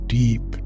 deep